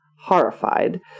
horrified